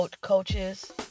coaches